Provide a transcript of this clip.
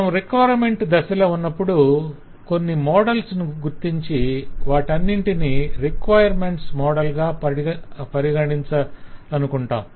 మనం రిక్వైర్మెంట్స్ దశలో ఉన్నప్పుడు కొన్ని మోడల్స్ ను గుర్తించి వాటన్నింటినీ రిక్వైర్మెంట్స్ మోడల్ గా పరిగణించాలనుకొంటాం